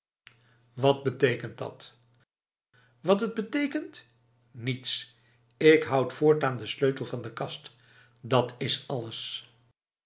wat betekent dat wat het betekent niets ik houd voortaan de sleutel van de kast dat is allesf